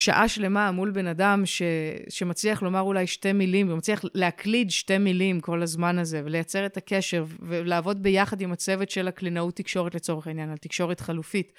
שעה שלמה מול בן אדם שמצליח לומר אולי שתי מילים, ומצליח להקליד שתי מילים כל הזמן הזה, ולייצר את הקשב ולעבוד ביחד עם הצוות של הקלינאות תקשורת לצורך העניין, על תקשורת חלופית.